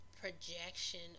projection